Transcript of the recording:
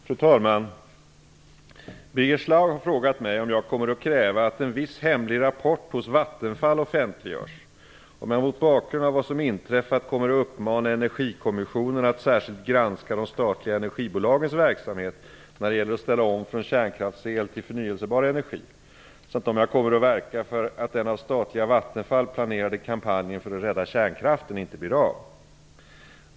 Fru talman! Birger Schlaug har frågat mig om jag kommer att kräva att en viss hemlig rapport hos Vattenfall offentliggörs, om jag mot bakgrund av vad som inträffat kommer att uppmana Energikommissionen att särskilt granska de statliga energibolagens verksamhet när det gäller att ställa om från kärnkraftsel till förnyelsebar energi samt om jag kommer att verka för att den av statliga Vattenfall planerade kampanjen för att rädda kärnkraften inte blir av.